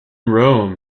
rome